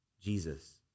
Jesus